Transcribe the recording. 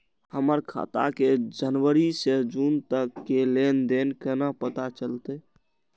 हमर खाता के जनवरी से जून तक के लेन देन केना पता चलते?